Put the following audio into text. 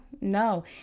no